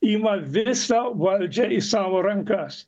ima visą valdžią į savo rankas